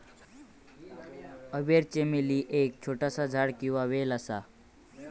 अरबी चमेली एक छोटासा झाड किंवा वेल असा